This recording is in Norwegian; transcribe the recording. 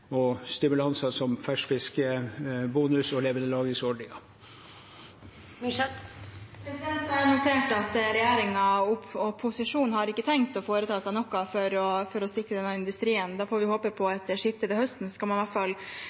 og stimulanser som ferskfiskbonus og levendelagringsordninger. Jeg har notert at regjeringen og posisjonen ikke har tenkt å foreta seg noe for å sikre denne industrien. Da får vi håpe på et skifte til høsten, så skal i hvert fall